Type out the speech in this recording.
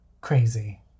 Crazy